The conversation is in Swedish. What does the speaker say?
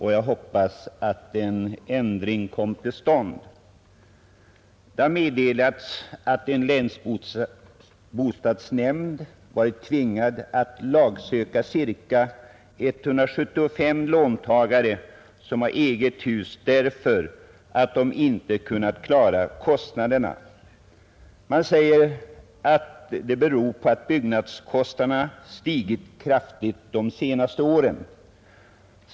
hoppas att en ändring kommer till stånd. Det har meddelats att en länsbostadsnämnd varit tvingad att lagsöka cirka 175 låntagare som har eget hus därför att de inte har kunnat klara kostnaderna. Man säger att det beror på att byggnadskostnaderna stigit kraftigt de senaste åren.